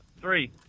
Three